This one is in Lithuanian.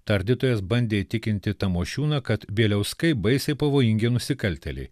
tardytojas bandė įtikinti tamošiūną kad bieliauskai baisiai pavojingi nusikaltėliai